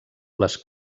les